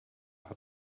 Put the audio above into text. hat